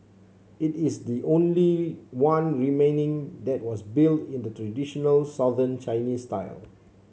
it is the only one remaining that was built in the traditional Southern Chinese style